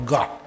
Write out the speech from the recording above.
God